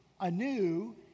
anew